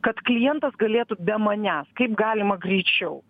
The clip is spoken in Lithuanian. kad klientas galėtų be manęs kaip galima greičiau